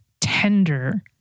tender